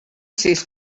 sis